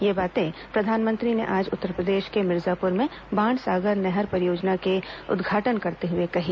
यह बातें प्रधानमंत्री ने आज उत्तरप्रदेश को मिर्जापुर में बाण सागर नहर परियोजना का उद्घाटन करते हुए कही